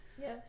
Yes